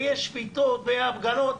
ויהיו שביתות ויהיו הפגנות.